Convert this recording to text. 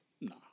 No